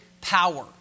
power